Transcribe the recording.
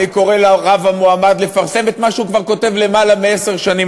אני קורא לרב המועמד לפרסם את מה שהוא כותב כבר למעלה מעשר שנים,